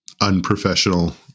unprofessional